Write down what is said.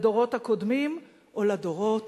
לדורות הקודמים או לדורות